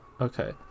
okay